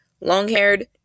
long-haired